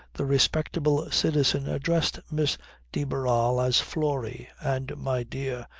the respectable citizen addressed miss de barral as florrie and my dear,